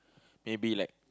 maybe like